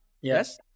Yes